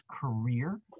career